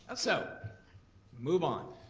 ah so move on.